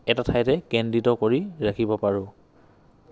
এটা ঠাইতে কেন্দ্ৰীত কৰি ৰাখিব পাৰোঁ